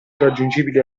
irraggiungibili